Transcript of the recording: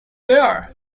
there